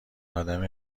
آدم